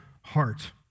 heart